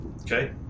Okay